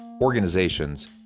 organizations